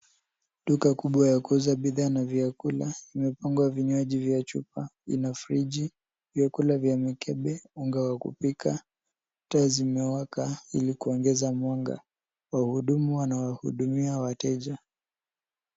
Duka kubwa ya kuuza bidhaa na vyakula. Imepangwa vinywaji vya chupa. Ina friji, vyakula vya mikebe, unga wa kupika. Taa zimewaka ili kueneza mwanga. Wahudumu wanawahudima wateja.